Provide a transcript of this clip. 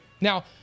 Now